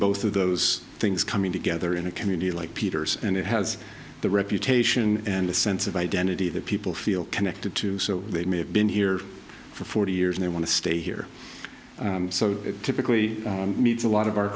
both of those things coming together in a community like peters and it has the reputation and the sense of identity that people feel connected to so they may have been here for forty years and they want to stay here so it typically meets a lot of our